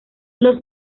los